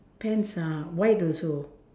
pants ah white also